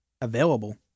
available